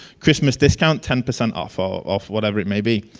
christmas discount ten percent off ah ah of whatever it may be.